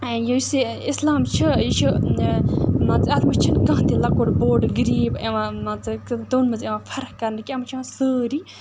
یُس یہِ اِسلام چھُ یہِ چھُ مان ژٕ اَتھ منٛز چھِنہٕ کانٛہہ تہِ لَکُٹ بوٚڑ غریٖب یِوان مان ژٕ تِمن منٛز یِوان فرق کَرنہٕ کینٛہہ اَتھ منٛز چھِ یِوان سٲری